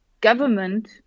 government